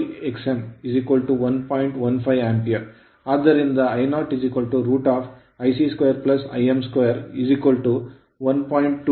15 ampere ಆದ್ದರಿಂದ I0 √Ic2 Im2 1